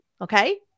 Okay